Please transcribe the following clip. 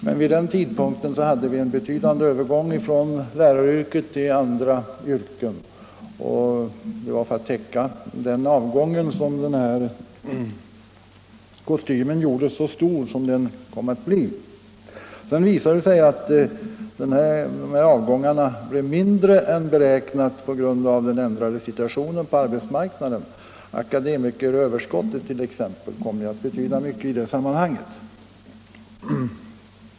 Men vid den tidpunkten hade vi en betydande övergång från läraryrket till andra yrken, och det var för att täcka den avgången som den här kostymen gjordes så stor som den kom att bli. Sedan visade det sig att avgångarna blev färre än beräknat på grund av den ändrade situationen på arbetsmarknaden. Akademikeröverskottet t.ex. kom ju att betyda mycket i det sammanhanget.